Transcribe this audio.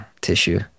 tissue